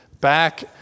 Back